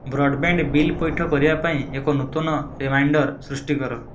broadband bill ପୈଠ କରିବା ପାଇଁ ଏକ ନୂତନ ରିମାଇଣ୍ଡର୍ ସୃଷ୍ଟି କର